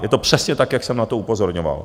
Je to přesně tak, jak jsem na to upozorňoval.